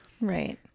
Right